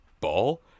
ball